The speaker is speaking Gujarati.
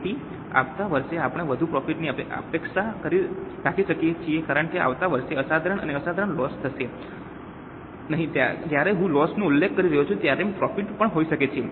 તેથી આવતા વર્ષે આપણે વધુ પ્રોફિટ ની અપેક્ષા રાખી શકીએ છીએ કારણ કે આવતા વર્ષે અસાધારણ અને અસાધારણ લોસ થશે નહીં જ્યારે હું લોસ નો ઉલ્લેખ કરી રહ્યો છું તે ક્યારેક પ્રોફિટ પણ હોઈ શકે છે